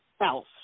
else